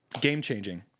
game-changing